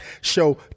show